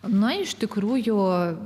na iš tikrųjų